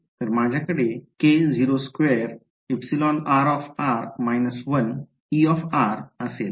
तर माझ्याकडे k02εr 1E असेल